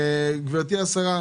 גברתי השרה,